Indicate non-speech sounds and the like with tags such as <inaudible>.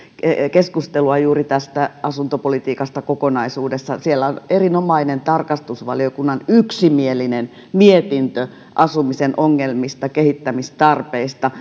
keskustelua juuri tästä asuntopolitiikasta kokonaisuudessaan siellä on erinomainen tarkastusvaliokunnan yksimielinen mietintö asumisen ongelmista kehittämistarpeista <unintelligible>